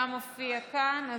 אתה מופיע כאן.